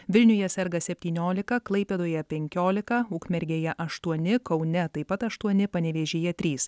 vilniuje serga septyniolika klaipėdoje penkiolika ukmergėje aštuoni kaune taip pat aštuoni panevėžyje trys